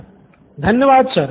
student 1 धन्यवाद sir